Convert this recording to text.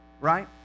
right